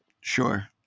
sure